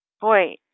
boy